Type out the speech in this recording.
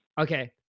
Okay